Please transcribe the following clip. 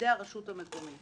בתפקידי הרשות המקומית